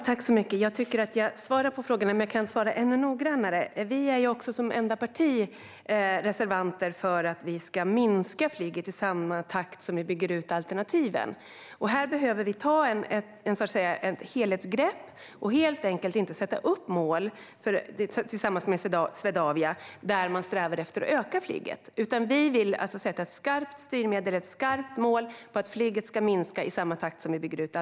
Herr talman! Jag tyckte att jag svarade på frågorna, men jag kan svara ännu noggrannare. Vi är som enda parti reservanter för att flyget ska minskas i samma takt som alternativen byggs ut. Här behöver man ta ett helhetsgrepp och inte sätta upp mål med Swedavia där man strävar efter att öka flyget. Vi vill ha ett skarpt styrmedel och ett skarpt mål om att flyget ska minska i samma takt som alternativen byggs ut.